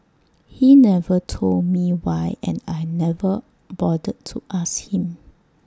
he never told me why and I never bothered to ask him